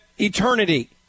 eternity